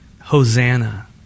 Hosanna